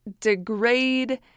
degrade